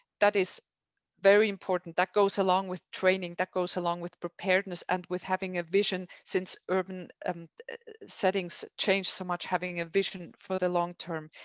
that is very important. that goes along with training, that goes along with preparedness and with having a vision since urban um settings change so much, having a vision for the long term.